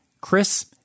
Chris